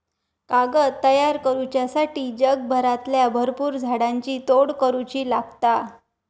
कागद तयार करुच्यासाठी जगभरातल्या भरपुर झाडांची तोड करुची लागता